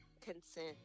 Consent